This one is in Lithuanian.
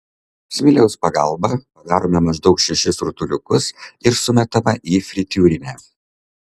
smiliaus pagalba padarome maždaug šešis rutuliukus ir sumetame į fritiūrinę